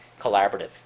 collaborative